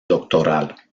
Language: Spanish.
doctoral